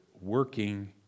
working